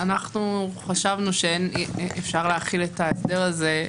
חשבנו שאפשר להחיל את ההסדר הזה,